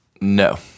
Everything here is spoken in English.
No